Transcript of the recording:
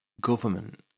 government